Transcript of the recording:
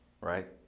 right